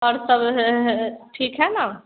और सब ठीक है ना